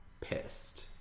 pissed